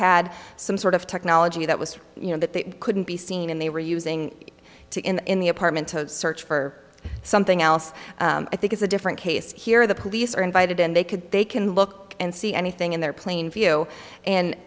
had some sort of technology that was you know that they couldn't be seen and they were using it to in the apartment search for something else i think is a different case here the police are invited and they could they can look and see anything in their plain view and